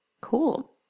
Cool